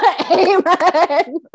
Amen